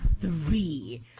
three